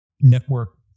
network